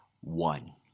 one